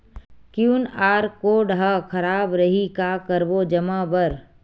QR code हा खराब रही का करबो जमा बर?